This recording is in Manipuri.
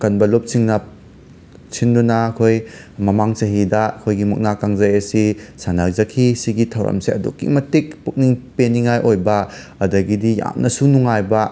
ꯀꯟꯕ ꯂꯨꯞꯁꯤꯡꯅ ꯁꯤꯟꯗꯨꯅ ꯑꯩꯈꯣꯏ ꯃꯃꯥꯡ ꯆꯍꯤꯗ ꯑꯩꯈꯣꯏꯒꯤ ꯃꯨꯛꯅꯥ ꯀꯥꯡꯖꯩ ꯑꯁꯤ ꯁꯥꯟꯅꯖꯈꯤ ꯁꯤꯒꯤ ꯊꯧꯔꯝꯁꯦ ꯑꯗꯨꯛꯀꯤ ꯃꯇꯤꯛ ꯄꯨꯛꯅꯤꯡ ꯄꯦꯟꯅꯤꯡꯉꯥꯏ ꯑꯣꯏꯕ ꯑꯗꯒꯤꯗꯤ ꯌꯥꯝꯅꯁꯨ ꯅꯨꯡꯉꯥꯏꯕ